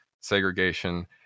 segregation